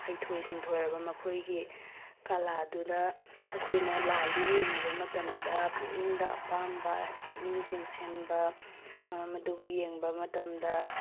ꯍꯩꯊꯣꯏ ꯁꯤꯡꯊꯣꯏꯔꯕ ꯃꯈꯣꯏꯒꯤ ꯀꯂꯥꯗꯨꯗ ꯑꯩꯈꯣꯏꯅ ꯂꯥꯏꯗꯣ ꯌꯦꯡꯂꯨꯕ ꯃꯇꯝꯗ ꯄꯨꯛꯅꯤꯡꯗ ꯑꯄꯥꯝꯕ ꯄꯨꯛꯅꯤꯡ ꯆꯤꯡꯁꯤꯟꯕ ꯃꯗꯨꯕꯨ ꯌꯦꯡꯕ ꯃꯇꯝꯗ